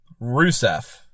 Rusev